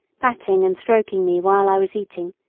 patting and stroking me while i was eating,